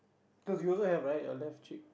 cause you also have right your left cheek